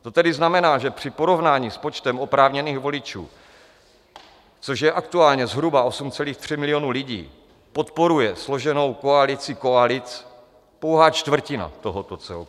To tedy znamená, že při porovnání s počtem oprávněných voličů, což je aktuálně zhruba 8,3 milionu lidí, podporuje složenou koalici koalic pouhá čtvrtina tohoto celku.